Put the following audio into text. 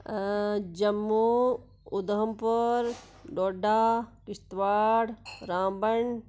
Jammu Udhampur Doda Kishtwar Ramban